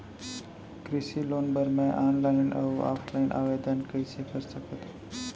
कृषि लोन बर मैं ऑनलाइन अऊ ऑफलाइन आवेदन कइसे कर सकथव?